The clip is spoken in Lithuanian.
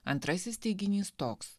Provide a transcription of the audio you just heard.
antrasis teiginys toks